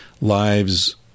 lives